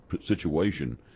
situation